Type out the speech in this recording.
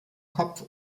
kopf